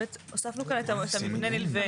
בעצם הוספנו כאן את המבנה נלווה,